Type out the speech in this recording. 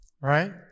right